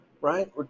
right